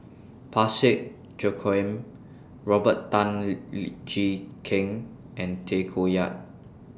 Parsick Joaquim Robert Tan Jee Keng and Tay Koh Yat